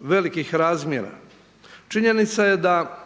velikih razmjera. Činjenica je da